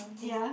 ya